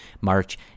March